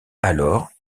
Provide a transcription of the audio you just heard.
alors